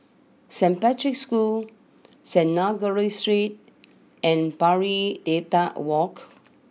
Saint Patrick's School Synagogue Street and Pari Dedap walk